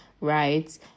right